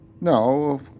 No